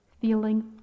feeling